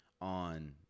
on